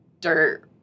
dirt